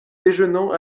déjeunons